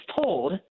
told